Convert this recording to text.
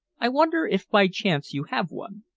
i wonder if by chance you have one?